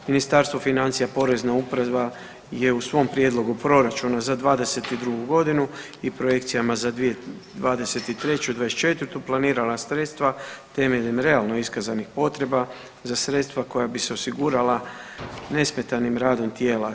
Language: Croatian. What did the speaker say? Ministarstvo financija, Porezna uprava je u svom prijedlogu proračuna za '22. godinu i projekcijama za 2023. i '24. planirala sredstva temeljem realno iskazanih potreba za sredstva koja bi se osigurala nesmetanim radom tijela.